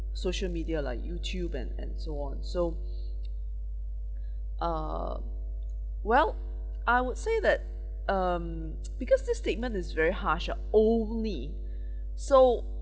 social media like YouTube and and so on so uh well I would say that um because the statement is very harsh ah only so